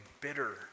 bitter